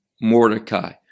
Mordecai